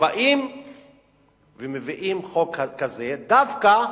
ובאים ומביאים חוק כזה דווקא